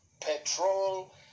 petrol